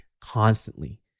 constantly